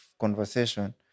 conversation